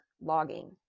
logging